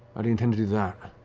but intend to do that?